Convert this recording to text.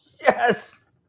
Yes